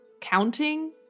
counting